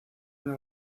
una